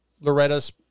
Loretta's